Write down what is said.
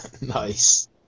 Nice